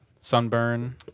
sunburn